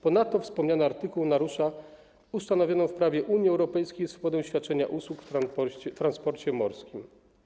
Ponadto wspomniany artykuł narusza ustanowioną w prawie Unii Europejskiej swobodę świadczenia usług w transporcie morskim.